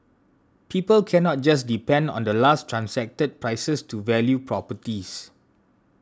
people cannot just depend on the last transacted prices to value properties